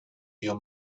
your